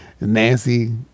Nancy